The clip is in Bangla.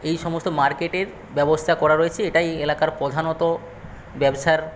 এই সমস্ত মার্কেটের ব্যবস্থা করা রয়েছে এটাই এই এলাকার প্রধানত ব্যবসার